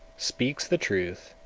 speaks the truth,